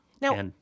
Now